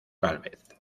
gálvez